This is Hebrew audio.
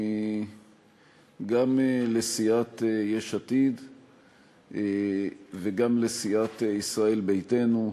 גם לסיעת יש עתיד וגם לסיעת ישראל ביתנו,